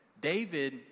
David